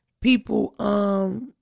people